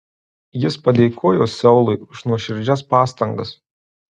jis padėkojo seului už nuoširdžias pastangas